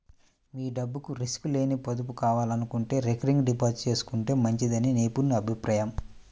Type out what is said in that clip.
మీ డబ్బుకు రిస్క్ లేని పొదుపు కావాలనుకుంటే రికరింగ్ డిపాజిట్ చేసుకుంటే మంచిదని నిపుణుల అభిప్రాయం